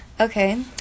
Okay